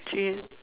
three